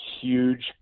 huge